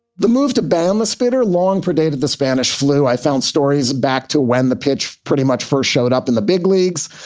the move to ban the spitter long predated the spanish flu, i found stories back to when the pitch pretty much first showed up in the big leagues.